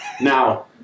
Now